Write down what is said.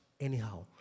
anyhow